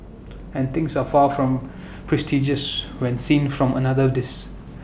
and things are far from prestigious when seen from another this